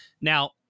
Now